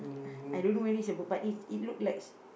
I dunno whether it's a but it looks like